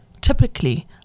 typically